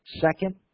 Second